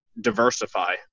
diversify